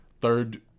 third –